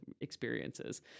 experiences